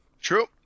true